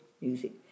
music